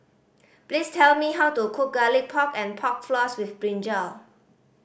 please tell me how to cook Garlic Pork and Pork Floss with brinjal